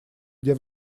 где